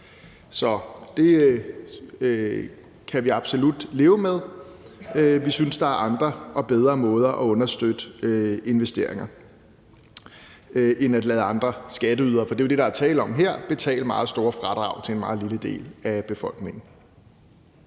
Så det kan vi absolut leve med; vi synes, der er andre og bedre måder at understøtte investeringer på end at lade andre skatteydere – for det er jo det, der er tale om her – betale meget store fradrag til en meget lille del af befolkningen.